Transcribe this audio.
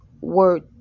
Word